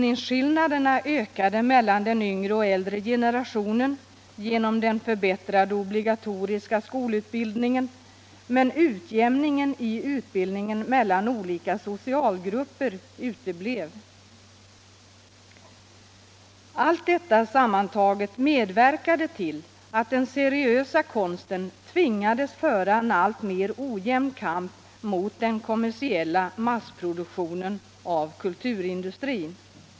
Allt detta sammantaget medverkade till att den seriösa konsten tvingades föra en alltmer ojämn kamp mot den kommersiella massproduktionen av kulturindustrin.